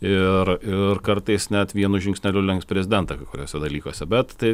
ir ir kartais net vienu žingsneliu lenks prezidentą kai kuriuose dalykuose bet tai